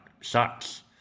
.sucks